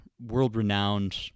world-renowned